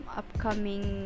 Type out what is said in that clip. upcoming